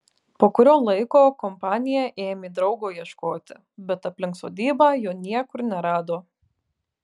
po kurio laiko kompanija ėmė draugo ieškoti bet aplink sodybą jo niekur nerado